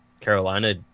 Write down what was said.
Carolina